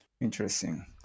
Interesting